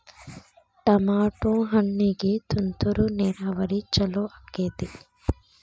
Tomato ಹಣ್ಣಿಗೆ ತುಂತುರು ನೇರಾವರಿ ಛಲೋ ಆಕ್ಕೆತಿ?